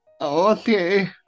Okay